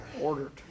Ordered